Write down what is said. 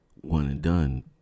one-and-done